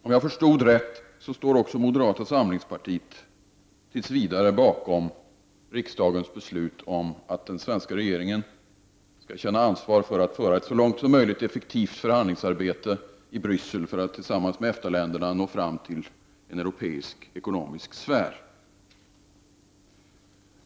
Om jag förstod rätt står också moderata samlingspartiet tills vidare bakom riksdagens beslut om att den svenska regeringen skall känna ansvar för att så långt som möjligt föra ett effektivt förhandlingsarbete i Bryssel för att tillsammans med EFTA-länderna nå fram till en europeisk ekonomisk sfär.